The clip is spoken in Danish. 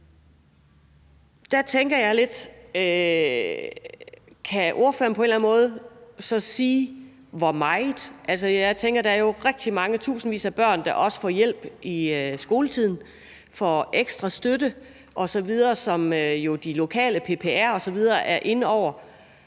flyttes til staten. Kan ordføreren på en eller anden måde så sige, hvor meget der skal det? Jeg tænker, at der jo er rigtig mange tusindvis af børn, der får hjælp i skoletiden og får ekstra støtte osv., og som f.eks. de lokale PPR'er er inde over.